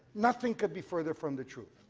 nothing could be further from the truth.